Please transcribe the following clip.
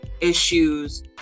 issues